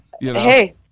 hey